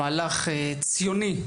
מהלך ציוני,